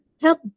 help